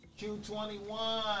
Q21